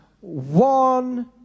one